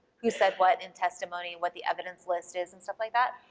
who said what in testimony, what the evidence list is and stuff like that,